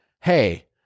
hey